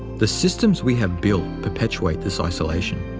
the systems we have built perpetuate this isolation.